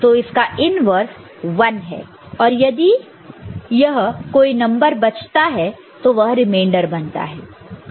तो उसका इन्वर्स् 1 है और यदि यह कोई नंबर बचता तो वह रिमाइंडर बनता